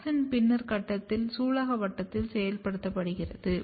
auxin பின்னர் கட்டத்தில் சூலகவட்டத்தில் செயல்படுத்தப்படுகிறது